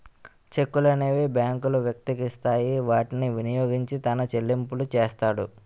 చెక్కులనేవి బ్యాంకులు వ్యక్తికి ఇస్తాయి వాటిని వినియోగించి తన చెల్లింపులు చేస్తాడు